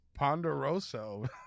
Ponderoso